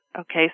Okay